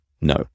No